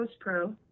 pro